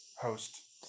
host